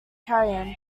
carrion